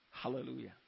Hallelujah